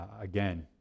again